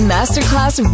Masterclass